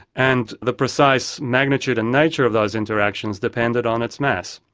and the precise magnitude and nature of those interactions depended on its mass.